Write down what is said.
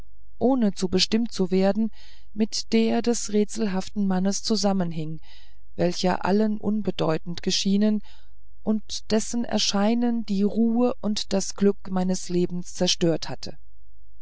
ohne zu bestimmen wie mit der des rätselhaften mannes zusammenhinge welcher allen unbedeutend geschienen und dessen erscheinung die ruhe und das glück meines lebens zerstört hatte